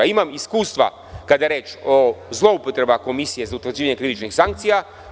Imam iskustva kada je reč o zloupotrebama Komisije za utvrđivanje krivičnih sankcija.